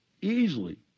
easily